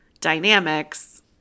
dynamics